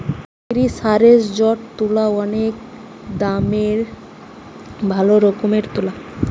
মেরিসারেসজড তুলা অনেক দামের ভালো রকমের তুলা